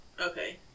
Okay